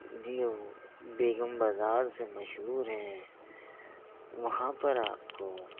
جو بیگم بازار سے مشہور ہے وہاں پر آپ کو